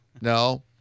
No